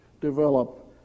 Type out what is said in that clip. develop